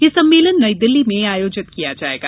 ये सम्मेलन नई दिल्ली में आयोजित किया जायेगा